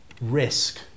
risk